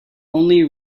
only